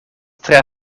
tre